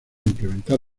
implementar